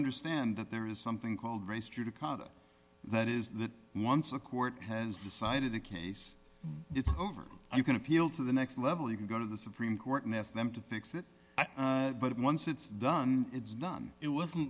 understand that there is something called race judicata that is that once a court has decided a case it's over you can appeal to the next level you can go to the supreme court and ask them to fix it but once it's done it's done it wasn't